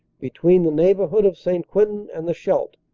between the neighbourhood of st. quentin and the scheidt,